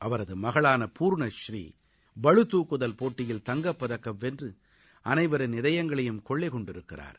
அவரது மகளான பூர்ணபுரீ புருதாக்குதல் போட்டியில் தங்கப்பதக்கத்தை வென்று அனைவரது இதயங்களிலும் கொள்ளை கொண்டிருக்கிறார்